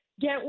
get